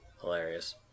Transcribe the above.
hilarious